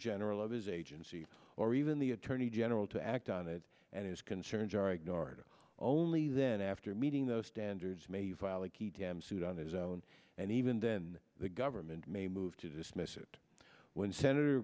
general of his agency or even the attorney general to act on it and his concerns are ignored only then after meeting those standards may you file a suit on his own and even then the government may move to dismiss it when senator